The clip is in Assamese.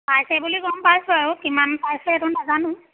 পাইছে বুলি গ'ম পাইছোঁ আৰু কিমান পাইছে সেইটো নাজানো